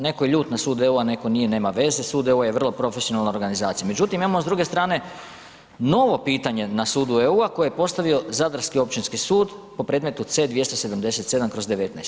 Netko je ljut na sud EU-a, netko nije, nema veze, sud EU-a je vrlo profesionalna organizacija međutim imamo s druge strane novo pitanje na sudu EU-a koje je postavio zadarski općinski sud po predmetu C-277/19.